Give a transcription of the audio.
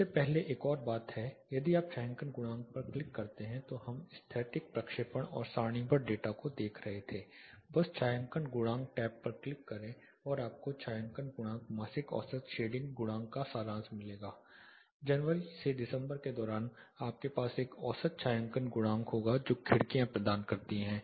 उससे पहले एक और बात है यदि आप छायांकन गुणांक पर क्लिक करते हैं तो हम स्थैतिक प्रक्षेपण और सारणीबद्ध डेटा को देख रहे थे बस छायांकन गुणांक टैब पर क्लिक करें आपको छायांकन गुणांक मासिक औसत शेडिंग गुणांक का सारांश मिलेगा जनवरी से दिसंबर के दौरान आपके पास एक औसत छायांकन गुणांक होगा जो खिड़कियां प्रदान करती है